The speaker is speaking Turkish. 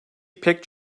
pek